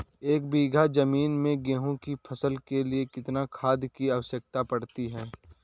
एक बीघा ज़मीन में गेहूँ की फसल के लिए कितनी खाद की आवश्यकता पड़ती है?